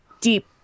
deep